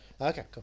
Okay